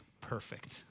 perfect